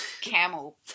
camel